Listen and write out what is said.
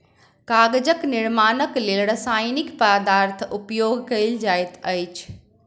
कागजक निर्माणक लेल रासायनिक पदार्थक उपयोग कयल जाइत अछि